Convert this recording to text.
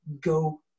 Go